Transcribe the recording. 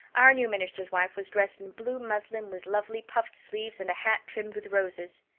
our new minister's wife was dressed in blue muslin with lovely puffed sleeves and a hat trimmed with roses.